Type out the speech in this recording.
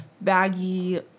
baggy